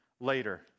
later